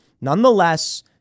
Nonetheless